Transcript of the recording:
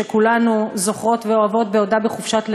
שכולנו זוכרות ואוהבות, בעודה בחופשת לידה,